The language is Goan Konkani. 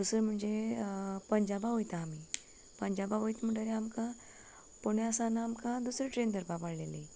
दुसरे म्हणजे पंजाबा वयता आमी पंजाबा वयता म्हणटगी आमकां पुण्या सान आमकां दुसरी ट्रेन धरपा पडलेली